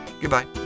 Goodbye